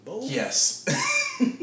Yes